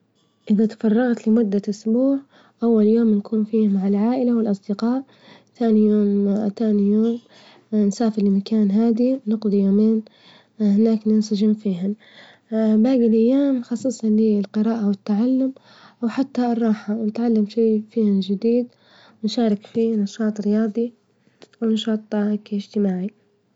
إذا تفرغت لمدة أسبوع، أول يوم نكون فيه مع العائلة والأصدقاء، ثاني يوم ثاني يوم نسافر لمكان هادي ونقظي يومين هناك ننسجم فيهن، باقي الأيام نخصصهن للقراءة والتعلم وحتى الراحة نتعلم فيهن شي جديد، ونشارك في نشاط رياظي ونشاط اجتماعي.